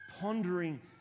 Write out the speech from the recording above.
pondering